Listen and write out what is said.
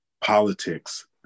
politics